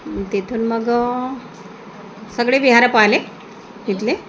तिथून मग सगळे विहार पाहिले तिथले